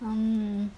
um